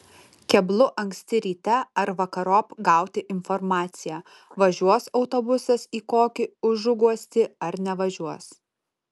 keblu anksti ryte ar vakarop gauti informaciją važiuos autobusas į kokį užuguostį ar nevažiuos